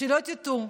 שלא תטעו,